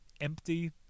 Empty